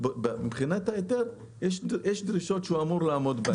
מבחינת ההיתר, יש דרישות שהוא אמור לעמוד בהן.